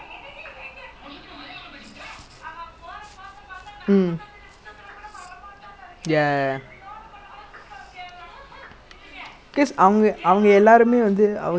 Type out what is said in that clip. ya then because we have felix right that's why we they couldn't score and they stop doing that also if not like they will keep doing lah because then damn easy goal [what] like you see other people or anyone shoot they